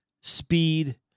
speed